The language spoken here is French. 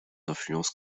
influence